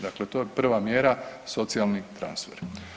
Dakle, to je prva mjera socijalni transfer.